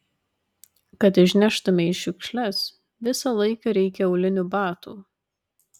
kad išneštumei šiukšles visą laiką reikia aulinių batų